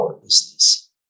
business